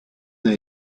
n’a